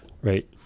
Right